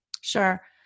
Sure